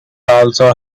also